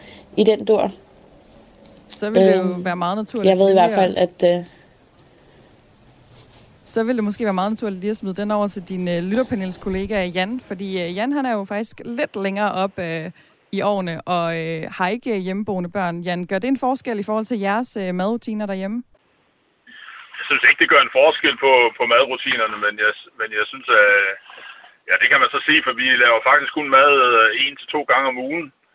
i den dur. Så vil det jo Øhm, være meget naturligt jeg ved i lige hvert at- fald, at, øh, Så vil det måske være meget naturligt lige at smide den over til din, øh, lytterpanelskollega, Jan. Fordi, øh, Jan, han er jo faktisk lidt længere op, øh, i årene og, øh, har ikke, øh, hjemmeboende børn. Jan, gør det en forskel i forhold til jeres, øh, madrutiner derhjemme? Jeg synes ikke, det gør en forskel på- på madrutinerne, men jeg s- men jeg synes, at- ja, det kan man så sige, for vi laver faktisk kun mad, øh, en til to gange om ugen.